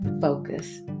focus